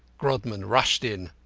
grodman rushed in.